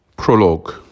Prologue